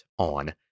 on